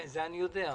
את זה אני יודע,